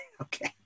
Okay